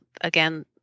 again